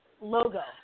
logo